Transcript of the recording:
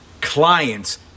clients